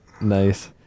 Nice